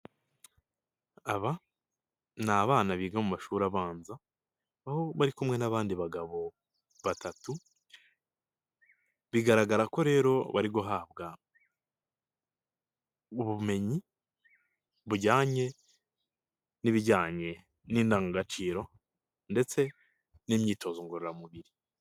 Aba ni abana biga mu mashuri abanza aho bari kumwe n'abandi bagabo batatu bigaragara ko rero bari guhabwa ubumenyi bujyanye n'ibijyanye n'indangagaciro ndetse n'imyitozo ngororamubiri.